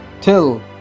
till